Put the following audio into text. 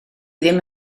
ddim